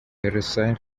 recipe